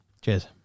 Cheers